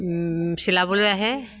চিলাবলৈ আহে